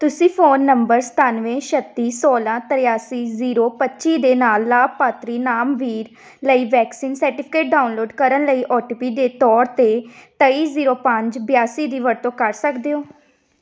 ਤੁਸੀਂ phone number ਸਤਾਨਵੇਂ ਛੱਤੀ ਸੌਲਾਂ ਤ੍ਰਿਆਸੀ ਜ਼ੀਰੋ ਪੱਚੀ ਦੇ ਨਾਲ ਲਾਭਪਾਤਰੀ ਨਾਮ ਵੀਰ ਲਈ ਵੈਕਸੀਨ ਸਰਟੀਫਿਕੇਟ ਡਾਊਨਲੋਡ ਕਰਨ ਲਈ ਓ ਟੀ ਪੀ ਦੇ ਤੌਰ 'ਤੇ ਤੇਈ ਜ਼ੀਰੋ ਪੰਜ ਬਿਆਸੀ ਦੀ ਵਰਤੋਂ ਕਰ ਸਕਦੇ ਹੋ